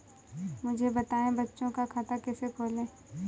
मुझे बताएँ बच्चों का खाता कैसे खोलें?